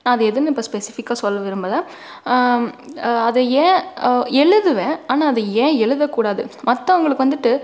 நான் அது எதுன்னு இப்போ ஸ்பெஸிஃபிக்கா சொல்ல விரும்பலை அதை ஏன் எழுதுவேன் ஆனால் அது ஏன் எழுதக்கூடாது மத்தவங்களுக்கு வந்துட்டு